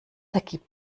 ergibt